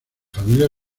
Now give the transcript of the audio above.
familia